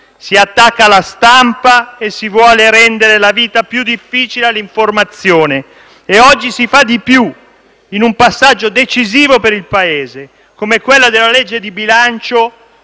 Si attacca la stampa e si vuole rendere la vita più difficile all'informazione. E oggi si fa di più in un passaggio decisivo per il Paese, come quello della legge di bilancio: